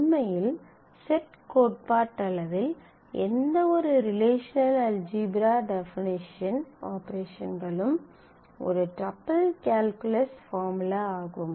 உண்மையில் செட் கோட்பாட்டளவில் எந்தவொரு ரிலேஷனல் அல்ஜீப்ரா டெஃபனிஷன் ஆபரேஷன்களும் ஒரு டப்பிள் கால்குலஸ் பார்முலா ஆகும்